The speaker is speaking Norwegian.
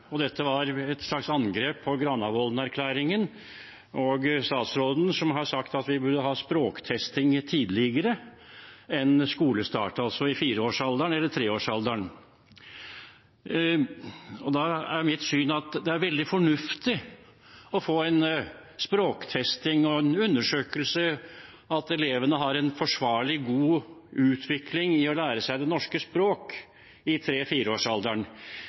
Dette var et slags angrep på Granavolden-plattformen og på statsråden, som har sagt at vi burde ha språktesting litt tidligere enn ved skolestart, altså i 4-årsalderen eller i 3-årsalderen. Mitt syn er at det er veldig fornuftig å få en språktesting og en undersøkelse av barn i 3–4-årsalderen – at de har en forsvarlig og god utvikling når det gjelder å lære seg det norske